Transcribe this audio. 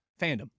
Fandom